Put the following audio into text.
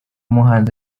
muhanzi